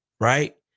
right